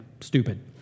stupid